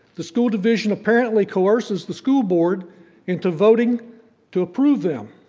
the school division apparently coerces the school board into voting to approve them.